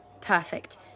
Perfect